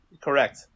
Correct